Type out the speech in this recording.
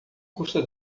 custa